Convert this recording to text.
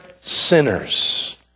sinners